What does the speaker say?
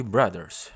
Brothers